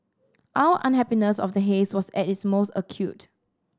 our unhappiness of the haze was at its most acute